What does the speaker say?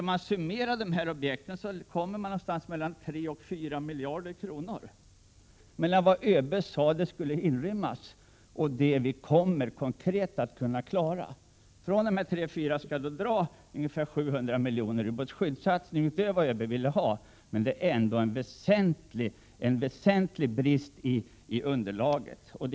Om man summerar de här objekten, kommer man till en skillnad på någonting mellan 3 och 4 miljarder kronor mellan vad ÖB 1976 sade skulle kunna inrymmas och det han nu tror sig konkret kunna klara. Från de 34 miljarderna skall då dras ungefär 900 miljoner till ubåtsskyddssatsning utöver vad ÖB ville ha, men det är ändå en väsentlig brist i underlaget.